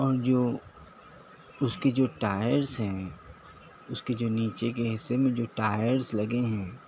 اور جو اس کی جو ٹائرس ہیں اس کے جو نیچے کے حصے میں جو ٹائرس لگے ہیں